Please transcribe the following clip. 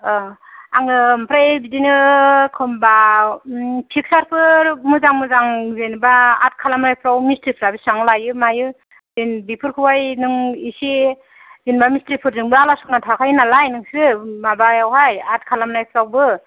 आङो ओमफ्राइ बिदिनो एखमबा फिगसारफोर मोजां मोजां जेनबा आर्थ खालामनायफ्राव जेनबा मिस्थ्रिफ्रा बेसेबां लायो मायो बेफोर खौहाय नों एसे जेनबा मिस्थ्रिफोरजोंबो आलसना थाखायो नालाय नोंसोर माबायावहाय आर्थ खालाम नायफ्रावबो